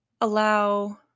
allow